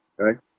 okay